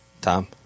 Tom